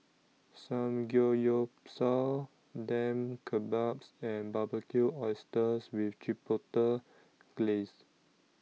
Samgeyopsal Lamb Kebabs and Barbecued Oysters with Chipotle Glaze